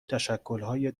تشکلهای